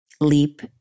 Leap